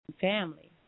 family